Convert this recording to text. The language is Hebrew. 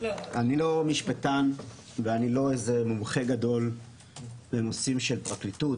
אני לא משפטן ואני לא איזה מומחה גדול בנושאים של פרקליטות,